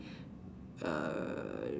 err